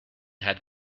had